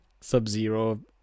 Sub-Zero